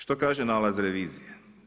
Što kaže nalaz revizije?